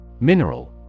Mineral